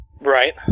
Right